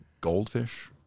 goldfish